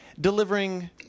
delivering